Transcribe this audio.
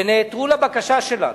ונעתרו לבקשה שלנו,